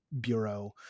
bureau